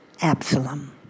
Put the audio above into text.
Absalom